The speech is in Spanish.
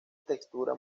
textura